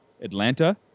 Atlanta